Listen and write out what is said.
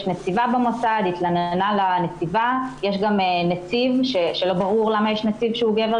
יש גם נציב שהוא גבר,